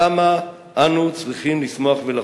כמה אנו צריכים לשמוח ולחגוג.